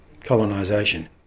colonisation